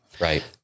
Right